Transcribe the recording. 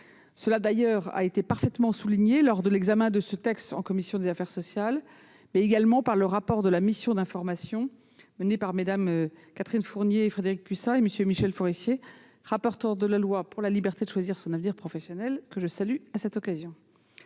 Cela a d'ailleurs été parfaitement souligné lors de l'examen de ce texte par votre commission des affaires sociales, mais aussi dans le rapport de la mission d'information conduite par Mmes Catherine Fournier et Frédérique Puissat et M. Michel Forissier, rapporteur de la loi pour la liberté de choisir son avenir professionnel, que je salue à cette occasion.